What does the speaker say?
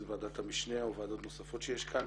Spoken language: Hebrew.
אם זה בוועדת המשנה או ועדות נוספות שיש כאן,